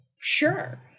Sure